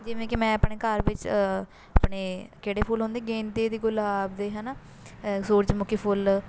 ਜਿਵੇਂ ਕਿ ਮੈਂ ਆਪਣੇ ਘਰ ਵਿੱਚ ਆਪਣੇ ਕਿਹੜੇ ਫੁੱਲ ਹੁੰਦੇ ਗੇਂਦੇ ਦੇ ਗੁਲਾਬ ਦੇ ਹੈ ਨਾ ਸੂਰਜ ਮੁਖੀ ਫੁੱਲ